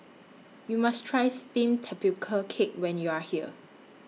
YOU must Try Steamed Tapioca Cake when YOU Are here